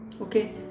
Okay